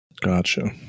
gotcha